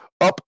Up